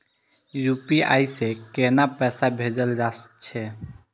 UPI से केना पैसा भेजल जा छे?